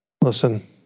Listen